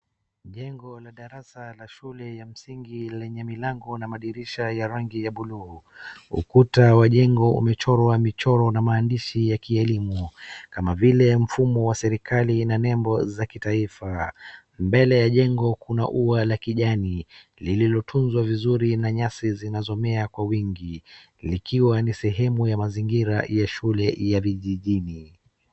Jengo la darasa la shule ya msingi lenye milango na madirisha ya rangi ya buluu. Ukuta wa jengo umechorwa michoro na maandishi ya kielimu, kama vile wa serikali na nembo za kitaifa. Mbele ya jengo kuna ua la kijani, lililotunzwa vizuri na nyasi zinazomea kwa wingi, likiwa ni sehemu ya mazingira ya shule ya kijijini.